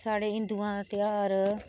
साढ़े हिन्दुएं दा ध्यार